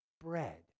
bread